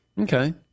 Okay